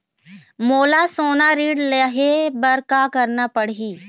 मोला सोना ऋण लहे बर का करना पड़ही?